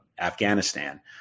Afghanistan